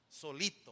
solito